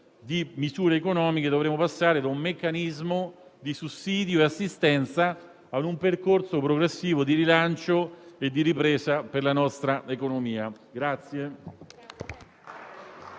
misure economiche dovremo passare da un meccanismo di sussidio e assistenza a un percorso progressivo di rilancio e ripresa della nostra economia.